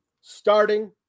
Starting